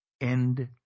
end